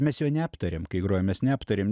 mes jo neaptarėm kai grojom mes neaptarėm